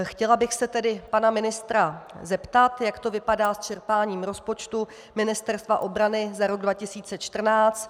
Chtěla bych se tedy pana ministra zeptat, jak to vypadá s čerpáním rozpočtu Ministerstva obrany za rok 2014.